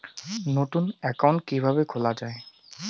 নতুন একাউন্ট কিভাবে খোলা য়ায়?